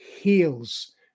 heals